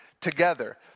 together